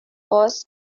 was